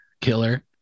killer